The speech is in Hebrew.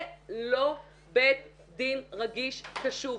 זה לא בית דין רגיש חשוב.